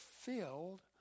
filled